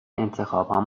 انتخابهام